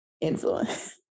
influence